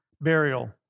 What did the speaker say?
burial